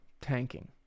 tanking